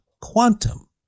Quantum